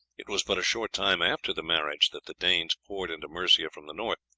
it was but a short time after the marriage that the danes poured into mercia from the north.